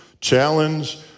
challenge